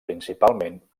principalment